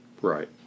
Right